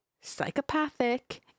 psychopathic